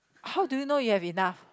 how do you know you have enough